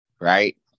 right